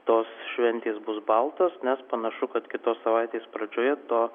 tos šventės bus baltos nes panašu kad kitos savaitės pradžioje to